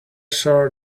sure